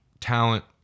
talent